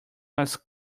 was